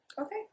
Okay